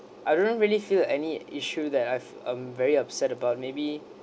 I didn't really feel any issue that I've um very upset about maybe